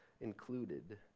included